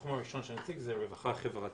התחום הראשון שאני אציג זה רווחה חברתית.